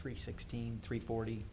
three sixteen three forty